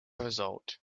result